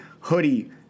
hoodie